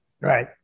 Right